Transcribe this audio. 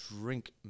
drink